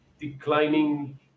declining